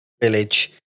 village